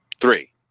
three